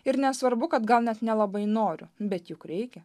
ir nesvarbu kad gal net nelabai noriu bet juk reikia